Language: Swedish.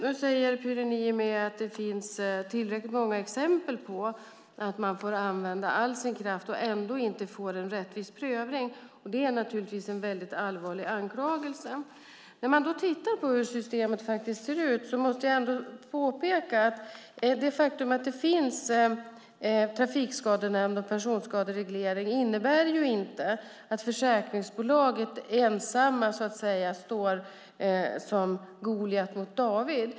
Nu säger Pyry Niemi att det finns tillräckligt många exempel på att man får använda all sin kraft och ändå inte får en rättvis prövning. Det är en väldigt allvarlig anklagelse. När man då tittar på hur systemet faktiskt ser ut måste jag ändå påpeka att det faktum att det finns trafikskadenämnd och personskadereglering inte innebär att försäkringsbolaget ensamt står som Goliat mot David.